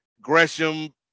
Gresham